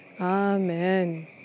Amen